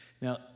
now